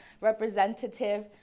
representative